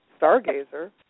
stargazer